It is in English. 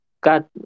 got